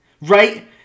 Right